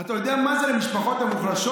אתה יודע מה זה למשפחות המוחלשות?